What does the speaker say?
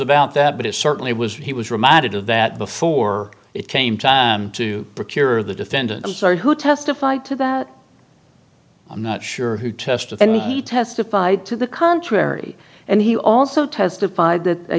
about that but it certainly was he was reminded of that before it came time to procure the defendant i'm sorry who testified to that i'm not sure who testified he testified to the contrary and he also testified that i